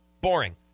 Boring